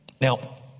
Now